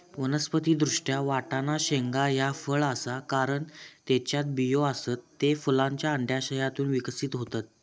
वनस्पति दृष्ट्या, वाटाणा शेंगा ह्या फळ आसा, कारण त्येच्यात बियो आसत, ते फुलांच्या अंडाशयातून विकसित होतत